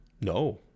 no